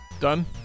Done